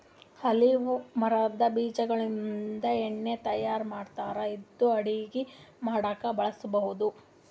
olive ಮರದ್ ಬೀಜಾಗೋಳಿಂದ ಎಣ್ಣಿ ತಯಾರ್ ಮಾಡ್ತಾರ್ ಇದು ಅಡಗಿ ಮಾಡಕ್ಕ್ ಬಳಸ್ಬಹುದ್